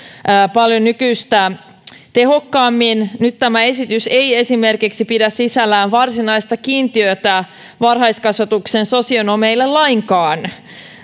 paljon nykyistä tehokkaammin nyt tämä esitys ei pidä sisällään esimerkiksi varsinaista kiintiötä varhaiskasvatuksen sosionomeille lainkaan